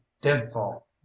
deadfall